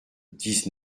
dix